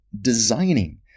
designing